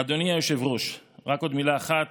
אדוני היושב-ראש, רק עוד מילה אחת.